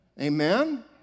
Amen